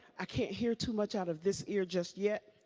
i can't hear too much out of this ear just yet.